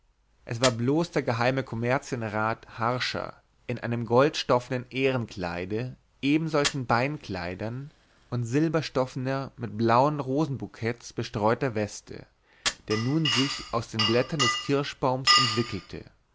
es war bloß der geheime kommerzienrat harscher in einem goldstoffnen ehrenkleide ebensolchen beinkleidern und silberstoffner mit blauen rosenboukets bestreuter weste der nun sich aus den blättern des kirschbaums entwickelte